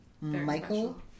Michael